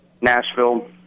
Nashville